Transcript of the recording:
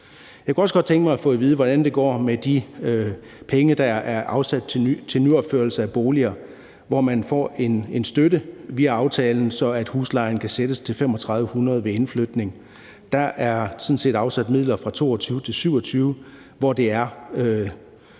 Jeg kunne også godt tænke mig at få at vide, hvordan det går med de penge, der er afsat til nyopførelser af boliger, hvor man får en støtte via aftalen, så huslejen kan sættes til 3.500 kr. ved indflytning. Der er sådan set afsat midler fra 2022-2027, hvor det er